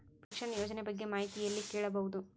Pension ಯೋಜನ ಬಗ್ಗೆ ಮಾಹಿತಿ ಎಲ್ಲ ಕೇಳಬಹುದು?